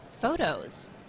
photos